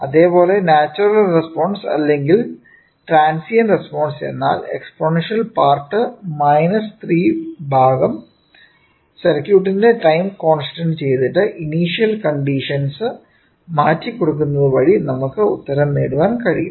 അതേ പോലെ natural response അല്ലെങ്കിൽ ട്രാൻസിയെന്റ്റ് റെസ്പോൺസ് എന്നാൽ എക്സ്പോണൻഷ്യൽ പാർട്ട് മൈനസ് 3 ഭാഗം സർക്യൂട്ടിന്റെ ടൈം കോൺസ്റ്റന്റ് ചെയ്തിട്ട് ഇനിഷ്യൽ കണ്ടിഷൻസ് മാറ്റി കൊടുക്കുന്നത് വഴി നമുക്ക് ഉത്തരം നേടാൻ കഴിയും